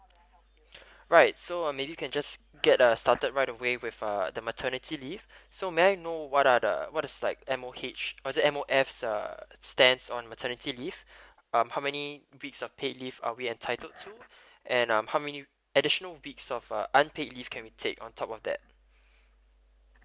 right so uh maybe you can just get a started right away with uh the maternity leave so may I know what are the what is like M_O_H was it M_O_F uh stands on maternity leave um how many weeks of paid leave are we entitled to and um how many additional weeks of uh unpaid leave can we take on top of that